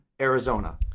Arizona